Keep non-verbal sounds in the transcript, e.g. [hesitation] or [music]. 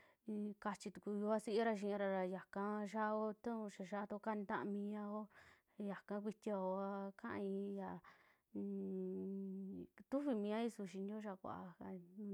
Ikachituku yuasiira xi'ira raa yaka xiaa ta tuu, xiaa xiaa tuo kani taamiao yaka kuitiuaa kauii ya innmmm [hesitation] tufimia su xiinio xaa kuvaa ka.